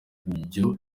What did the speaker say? ibyo